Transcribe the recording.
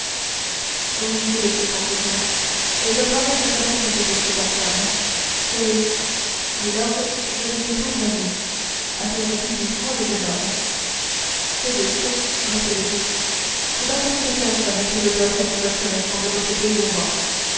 oui dit le duc en souriant et je crois même connaître cette autre personne c'est milord je ne l'ai point nommée interrompit vivement le jeune homme c'est juste dit le duc c'est donc à cette personne que je dois être reconnaissant de votre dévouement